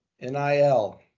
nil